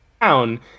town